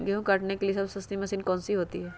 गेंहू काटने के लिए सबसे सस्ती मशीन कौन सी होती है?